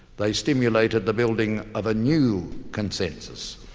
they stimulated the building of a new consensus,